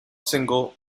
single